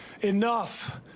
Enough